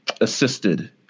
assisted